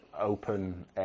open